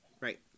Right